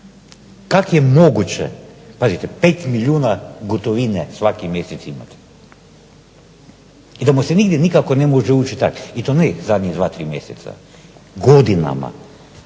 Kako je moguće, pazite 5 milijuna gotovine svaki mjesec imati. I da mu se nigdje nikako ne može ući u trag. I to zadnjih 2, 3 mjeseca, godinama.